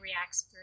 reacts